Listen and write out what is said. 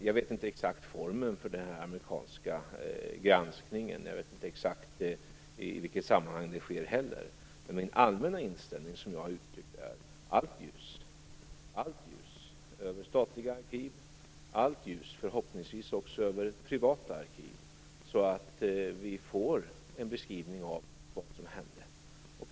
Jag känner inte till den exakta formen för den amerikanska granskningen, och jag vet heller inte i exakt vilket sammanhang det sker, men den allmänna inställning som jag har uttryckt är: Allt ljus över statliga arkiv, och förhoppningsvis allt ljus över också privata arkiv, så att vi får en beskrivning av vad som hände.